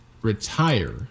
retire